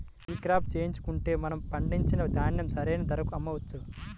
ఈ క్రాప చేయించుకుంటే మనము పండించిన ధాన్యం సరైన ధరకు అమ్మవచ్చా?